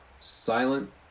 silent